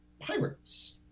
Pirates